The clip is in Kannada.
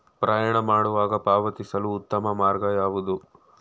ಪ್ರಯಾಣ ಮಾಡುವಾಗ ಪಾವತಿಸಲು ಉತ್ತಮ ಮಾರ್ಗ ಯಾವುದು?